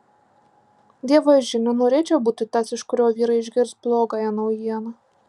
dievaži nenorėčiau būti tas iš kurio vyrai išgirs blogąją naujieną